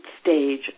stage